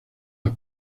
las